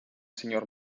signor